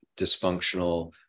dysfunctional